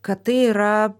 kad tai yra